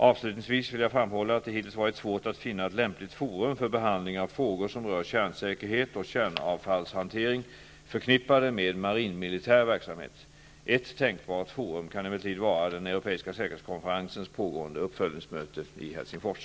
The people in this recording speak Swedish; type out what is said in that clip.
Avslutningsvis vill jag framhålla att det hittills varit svårt att finna ett lämpligt forum för behandling av frågor som rör kärnsäkerhet och kärnavfallshantering förknippade med marinmilitär verksamhet. Ett tänkbart forum kan emellertid vara den Europeiska säkerhetskonferensens pågående uppföljningsmöte i Helsingfors.